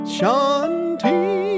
Shanti